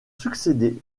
succédé